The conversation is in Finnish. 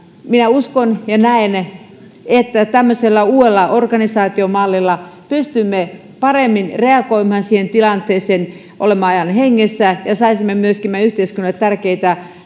minä uskon ja näen että tämmöisellä uudella organisaatiomallilla pystymme paremmin reagoimaan siihen tilanteeseen olemme ajan hengessä ja saisimme myöskin meidän yhteiskunnalle tärkeitä